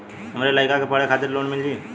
हमरे लयिका के पढ़े खातिर लोन मिलि का?